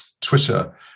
Twitter